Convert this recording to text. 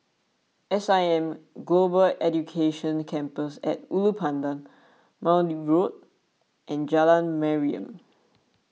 S I M Global Education Campus at Ulu Pandan Maude Road and Jalan Mariam